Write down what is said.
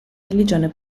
religione